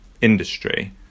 industry